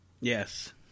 Yes